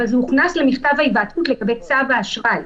אבל זה הוכנס למכתב ההיוועצות לגבי צו האשראי.